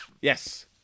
yes